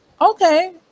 Okay